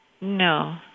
No